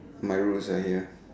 my roots are here